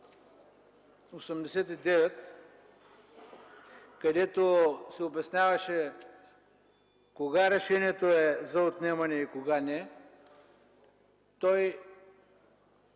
89, където се обясняваше кога решението е за отнемане и кога не, по